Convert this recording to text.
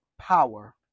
power